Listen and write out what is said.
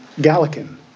Gallican